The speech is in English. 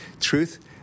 Truth